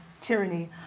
tyranny